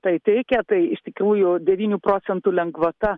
tai teikia tai iš tikrųjų devynių procentų lengvata